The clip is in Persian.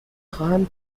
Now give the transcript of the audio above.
خواهم